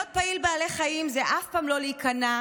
להיות פעיל למען בעלי חיים זה אף פעם לא להיכנע,